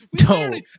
No